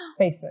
Facebook